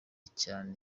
cyane